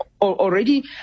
already